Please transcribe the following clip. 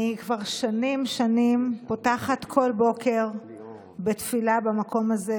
אני כבר שנים שים פותחת כל בוקר בתפילה במקום הזה,